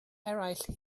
eraill